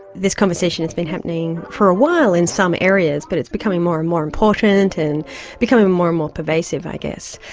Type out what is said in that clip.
this conversation has been happening for a while in some areas, but it's becoming more and more important and becoming more and more pervasive, i guess.